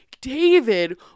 David